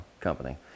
company